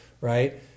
right